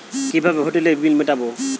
কিভাবে হোটেলের বিল মিটাব?